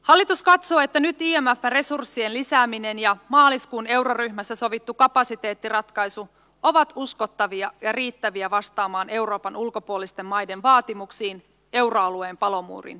hallitus katsoo että nyt imfn resurssien lisääminen ja maaliskuun euroryhmässä sovittu kapasiteettiratkaisu ovat uskottavia ja riittäviä vastaamaan euroopan ulkopuolisten maiden vaatimuksiin euroalueen palomuurin vahvistamisesta